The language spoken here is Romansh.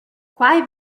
quai